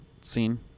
scene